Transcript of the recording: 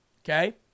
Okay